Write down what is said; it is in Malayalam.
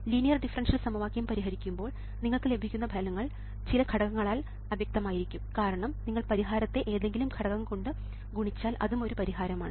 ലീനിയർ ഡിഫറൻഷ്യൽ സമവാക്യം പരിഹരിക്കുമ്പോൾ നിങ്ങൾക്ക് ലഭിക്കുന്ന ഫലങ്ങൾ ചില ഘടകങ്ങളാൽ അവ്യക്തമായിരിക്കും കാരണം നിങ്ങൾ പരിഹാരത്തെ ഏതെങ്കിലും ഘടകം കൊണ്ട് ഗുണിച്ചാൽ അതും ഒരു പരിഹാരമാണ്